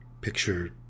Picture